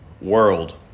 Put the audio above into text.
world